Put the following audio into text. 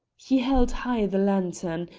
he held high the lantern,